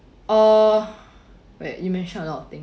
uh wait you mentioned a lot of things